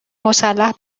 مسلح